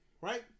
Right